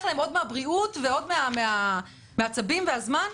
להם עוד מן הבריאות ועוד מן העצבים והזמן.